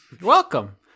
Welcome